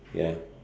ya